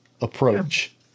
approach